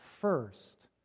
first